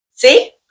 See